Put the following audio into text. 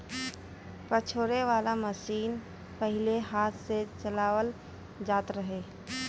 पछोरे वाला मशीन पहिले हाथ से चलावल जात रहे